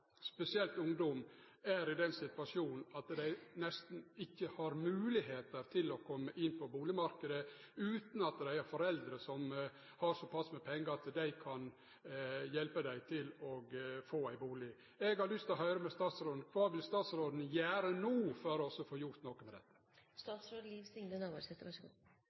spesielt ungdom er i den situasjonen at dei nesten ikkje har moglegheit til å komme inn på bustadmarknaden utan at dei har foreldre som har såpass med pengar at dei kan hjelpe dei til å få ein bustad. Eg har lyst til å høyre med statsråden: Kva vil statsråden gjere no for å få gjort noko med